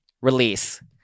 Release